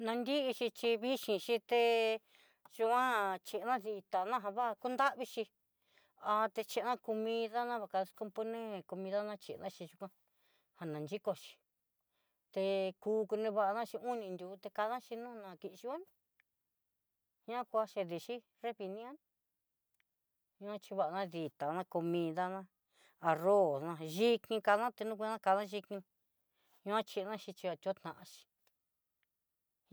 Na nrixhi chí vexin xhité yuan china chí tana ja kunravixhí a te chen mida najan ka escompaner, comida na xhina chí yikoan, janan yikoxhi té ku nrivana xhí oni nrió tekana xhí nó no tiyuon ñá kuayendexhí nreviniá naxhivana ditá ná comidana arroz ná xhikin kadan tikuana chí ñoachina xhí atio naxi.